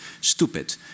Stupid